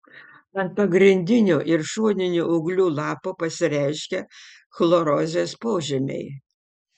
ant pagrindinio ir šoninių ūglių lapų pasireiškia chlorozės požymiai